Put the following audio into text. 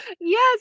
Yes